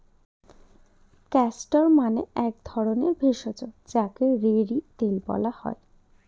castor মানে এক ধরণের ভেষজ যাকে রেড়ি তেল বলা হয়